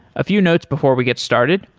a few notes before we get started,